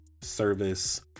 service